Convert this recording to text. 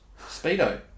Speedo